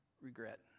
Regret